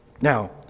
Now